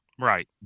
Right